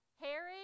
Herod